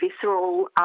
visceral